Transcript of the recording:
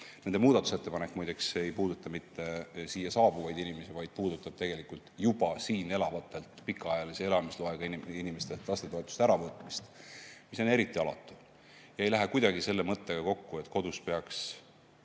Nende muudatusettepanek muide ei puuduta mitte siia saabuvaid inimesi, vaid see puudutab tegelikult juba siin elavatelt pikaajalise elamisloaga inimestelt lastetoetuste äravõtmist. See on eriti alatu ega lähe kuidagi selle mõttega kokku, et kodus peaks